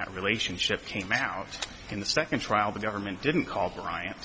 that relationship came out in the second trial the government didn't call bryant